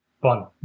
Fun